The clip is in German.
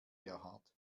gerhard